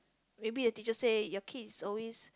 maybe a teacher said your kids is always